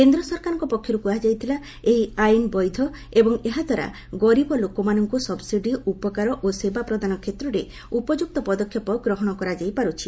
କେନ୍ଦ୍ର ସରକାରଙ୍କ ପକ୍ଷରୁ କୁହାଯାଇଥିଲା ଏହି ଆଇନ୍ ବୈଧ ଏବଂ ଏହାଦ୍ୱାରା ଗରିବ ଲୋକମାନଙ୍କୁ ସବ୍ସିଡି ଉପକାର ଓ ସେବା ପ୍ରଦାନ କ୍ଷେତ୍ରରେ ଉପଯୁକ୍ତ ପଦକ୍ଷେପ ଗ୍ରହଣ କରାଯାଇ ପାରୁଛି